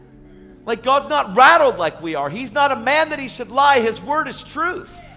like god's not rattled like we are. he's not a man that he should lie. his word is truth.